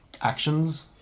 actions